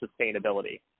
sustainability